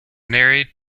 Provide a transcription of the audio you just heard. married